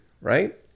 Right